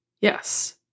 Yes